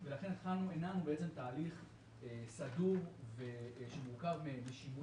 ולכן הנענו תהליך סדור שמורכב משינוי